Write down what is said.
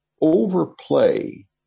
overplay